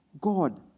God